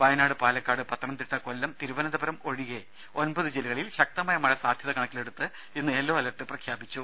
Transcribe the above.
വയനാട് പാലക്കാട്പത്തനംതിട്ട കൊല്ലം തിരുവനന്തപുരം ഒഴികെ ഒൻപത് ജില്ലകളിൽ ശക്തമായ മഴസാധ്യത കണക്കിലെടുത്ത് ഇന്ന് യെല്ലോ അലർട്ട് പ്രഖ്യാപിച്ചു